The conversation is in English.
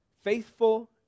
faithful